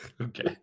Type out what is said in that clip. Okay